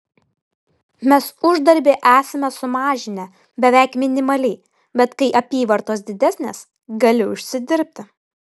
mes uždarbį esame sumažinę beveik minimaliai bet kai apyvartos didesnės gali užsidirbti